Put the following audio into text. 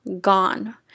gone